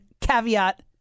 caveat